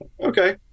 Okay